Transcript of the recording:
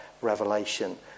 revelation